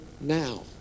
now